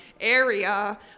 area